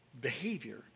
behavior